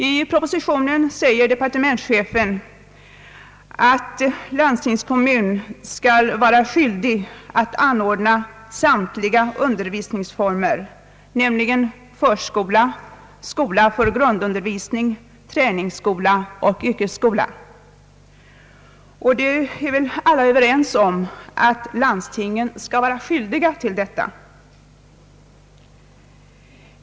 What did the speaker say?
I propositionen säger departementschefen, att landstingskommun skall vara skyldig att anordna samtliga undervisningsformer, nämligen förskola, skola för grundundervisning, träningsskola och yrkesskola. Vi är väl alla överens om att landstingen skall vara skyldiga till: detta.